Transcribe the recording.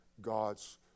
God's